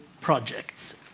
projects